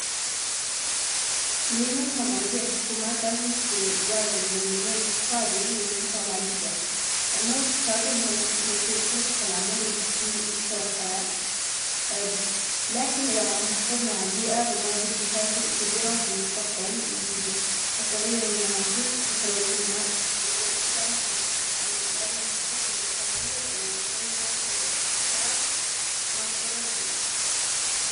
من وجهة نظرى الحكومات لازم توازن بين النمو الإقتصادي والحفاظ على البيئة، النمو الإقتصادي مهم لتوفير فرصة العمل وتحسين مستوى الحياة، لكن إذا ع-ما حافظنا على البيئة بنواجه مشاكل كبيرة في المستقبل مثل التغير المناخي وتلوث الماء والإستدامة هى الحل، يعنى لازم نفكر في المشاريع وتنمية الإقتصاد ما تضر البيئة.